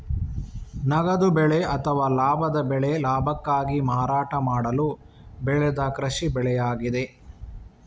ನಗದು ಬೆಳೆ ಅಥವಾ ಲಾಭದ ಬೆಳೆ ಲಾಭಕ್ಕಾಗಿ ಮಾರಾಟ ಮಾಡಲು ಬೆಳೆದ ಕೃಷಿ ಬೆಳೆಯಾಗಿದೆ